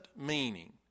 meaning